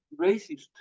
racist